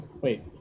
wait